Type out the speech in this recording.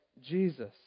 Jesus